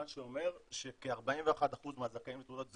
מה שאומר שכ-41% מהזכאים לתעודות זהות,